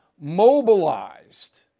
mobilized